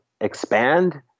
expand